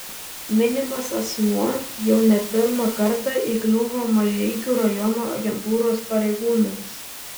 minimas asmuo jau ne pirmą kartą įkliūva mažeikių rajono agentūros pareigūnams